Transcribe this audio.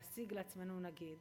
להשיג לעצמנו נגיד.